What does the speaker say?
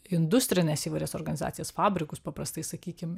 industrines įvairias organizacijas fabrikus paprastai sakykim